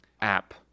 app